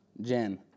Jen